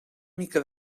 mica